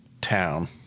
town